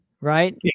right